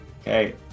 Okay